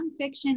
nonfiction